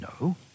No